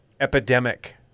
epidemic